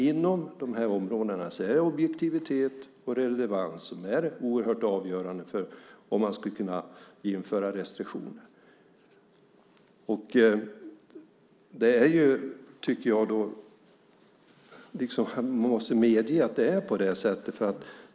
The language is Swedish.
Inom de här områdena är objektivitet och relevans fortfarande oerhört avgörande för om man ska kunna införa restriktioner. Man måste medge att det är på det sättet.